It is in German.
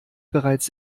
bereits